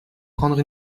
prendre